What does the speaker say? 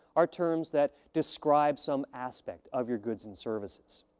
are terms that describe some aspect of your goods and services.